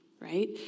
right